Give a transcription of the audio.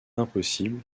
impossible